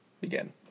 begin